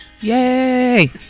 Yay